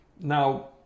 Now